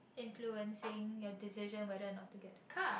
influencing your decision whether not to get a car